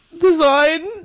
Design